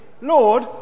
lord